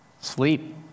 Sleep